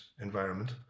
environment